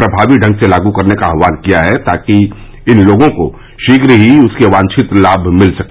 प्रमावी ढंग से लागू करने का आह्वान किया है ताकि इन लोगों को शीघ्र ही उसके वांछित लाभ मिल सकें